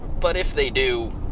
but if they do,